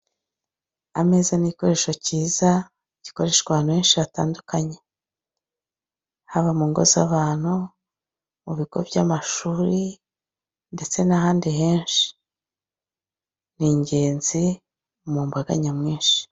Ameza ni igikoresho kiza gikoreshwa ahantu henshi hatandukanye, haba mu ngo z'abantu, mu bigo by'amashuri ndetse n'ahandi henshi. Ni ingenzi mu mbaga nyamwinshi.